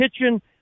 Kitchen